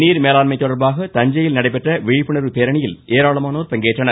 நீர்மேலாண்மை தொடர்பாக தஞ்சையில் நடைபெற்ற விழிப்புணர்வு பேரணியில் ஏராளமானோர் பங்கேற்றனர்